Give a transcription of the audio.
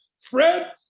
Fred